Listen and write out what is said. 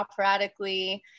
operatically